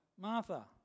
Martha